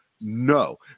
No